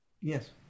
Yes